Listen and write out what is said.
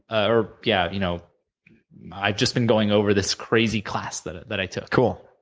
or yeah. you know i've just been going over this crazy class that that i took. cool.